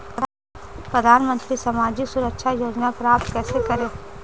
प्रधानमंत्री सामाजिक सुरक्षा योजना प्राप्त कैसे करें?